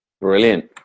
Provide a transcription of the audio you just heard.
Brilliant